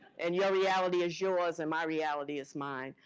and your reality is yours and my reality is mine.